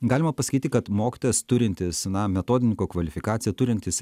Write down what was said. galima pasakyti kad mokytojas turintis na metodininko kvalifikaciją turintis